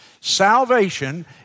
Salvation